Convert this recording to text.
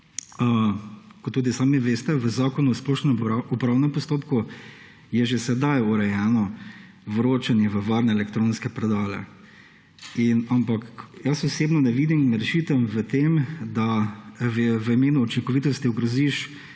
Kot tudi sami veste, je v Zakonu o splošnem upravnem postopku že sedaj urejeno vročanje v varne elektronske predale. Ampak jaz osebno ne vidim rešitev v tem, da v imenu učinkovitosti ogroziš